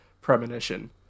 premonition